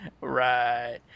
Right